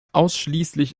ausschließlich